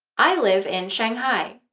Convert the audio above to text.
i live in shanghai.